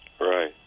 Right